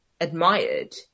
admired